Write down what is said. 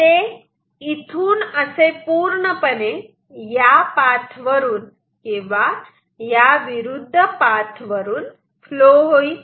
ते इथून असे पूर्णपणे या पाथ वरून किंवा या विरुद्ध पाथ वरून फ्लो होईल